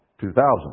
2000